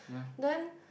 then